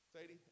Sadie